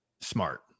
smart